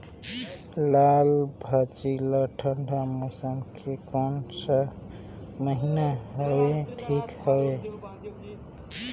लालभाजी ला ठंडा मौसम के कोन सा महीन हवे ठीक हवे?